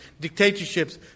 dictatorships